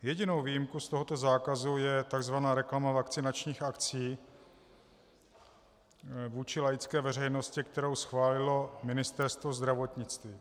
Jedinou výjimku z tohoto zákazu je tzv. reklama vakcinačních akcí vůči laické veřejnosti, kterou schválilo Ministerstvo zdravotnictví.